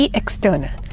external